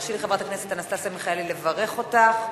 הרשי לי, חברת הכנסת אנסטסיה מיכאלי, לברך אותך,